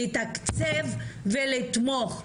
לתקצב ולתמוך,